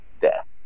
death